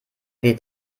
weht